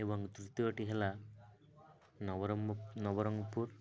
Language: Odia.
ଏବଂ ତୃତୀୟଟି ହେଲା ନବରମ ନବରଙ୍ଗପୁର